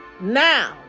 now